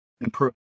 improve